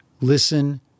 listen